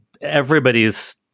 everybody's